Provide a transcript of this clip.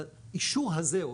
לאישור הזה,